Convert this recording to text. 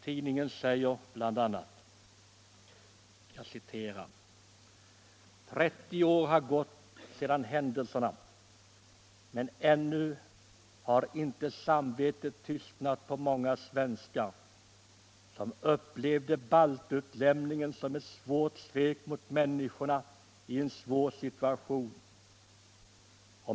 Tidningen säger bl.a.: ”Trettio år har gått sedan händelserna, men ännu har inte samvetet tystnat på många svenskar, som upplevde baltutlämningen som ett svårt svek mot människor i en svår situation.